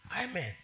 Amen